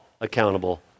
accountable